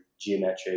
geometric